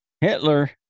Hitler